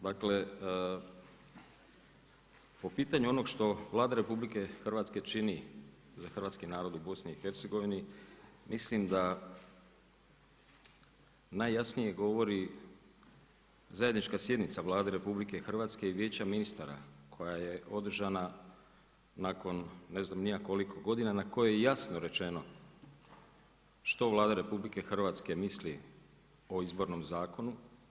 Dakle, po pitanju onog što Vlada RH čini za hrvatski narod u BIH, mislim da najjasnije govori zajednička sjednica Vlade RH i Vijeća ministara koja je održana, nakon ne znam ni ja koliko godina, na kojoj je jasno rečeno što Vlada RH misli o izbornom zakonu.